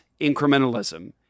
incrementalism